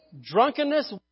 drunkenness